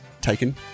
Taken